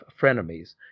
Frenemies